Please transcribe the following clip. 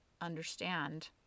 understand